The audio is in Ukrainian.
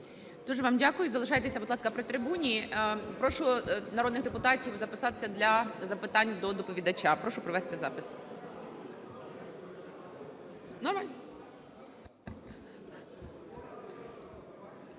Дуже вам дякую. Залишайтеся, будь ласка, при трибуні. Прошу народних депутатів записатися для запитань до доповідача. Прошу провести запис.